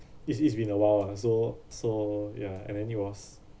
it's it's been awhile lah so so ya and then he was